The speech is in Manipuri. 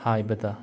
ꯍꯥꯏꯕꯗ